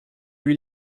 lui